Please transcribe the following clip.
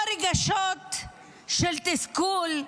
או רגשות של תסכול,